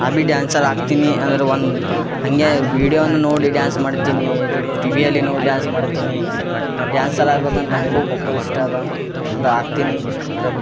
ಅಬಿ dancer ಆಗ್ತೀನಿ ಅಂದ್ರೆ ಒಂದು ಹಾಗೇ ವೀಡಿಯೋನು ನೋಡಿ ಡ್ಯಾನ್ಸ್ ಮಾಡ್ತೀನಿ ಟಿವಿಯಲ್ಲಿ ನೋಡಿ ಡ್ಯಾನ್ಸ್ ಮಾಡ್ತೀನಿ ಡ್ಯಾನ್ಸಲ್ಲಿ ಆಗ್ಬೇಕಂತ ನನಗೂ ಬಕ್ಕುಳ್ ಇಷ್ಟ ಅದ ಅಂದರೆ ಹಾಕ್ತಿನಿ ರಗ್